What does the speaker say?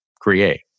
create